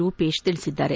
ರೂಪೇಶ್ ತಿಳಿಸಿದ್ದಾರೆ